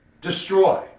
destroy